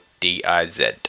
D-I-Z